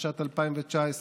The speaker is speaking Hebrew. התשע"ט 2019,